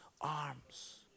arms